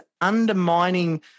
undermining